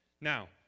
Now